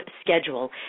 schedule